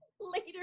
later